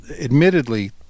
admittedly